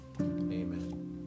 amen